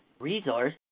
resource